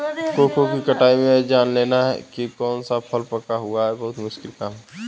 cocoa की कटाई में यह जान लेना की कौन सा फल पका हुआ है बहुत मुश्किल काम है